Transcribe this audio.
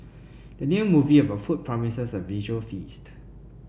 the new movie about food promises a visual feast